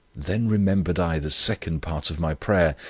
then remembered i the second part of my prayer,